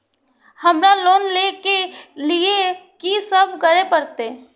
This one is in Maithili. हमरा लोन ले के लिए की सब करे परते?